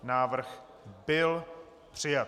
Návrh byl přijat.